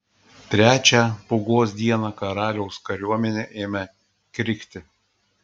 trečią pūgos dieną karaliaus kariuomenė ėmė krikti